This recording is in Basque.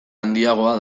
handiagoa